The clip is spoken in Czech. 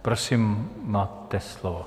Prosím, máte slovo.